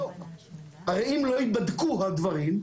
הרי אם לא ייבדקו הדברים,